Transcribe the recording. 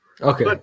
okay